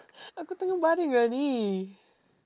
aku tengah baring lah ini